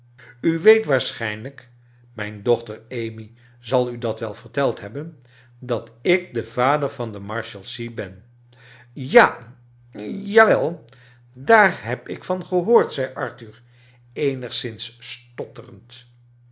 u weet waarschijnlijk mijn dochter amy zal u dat wel verteld hebben dat ik de vader van de marshalsea ben ja jawel daar heb ik van gehoord zei arthur eenigzins stotterend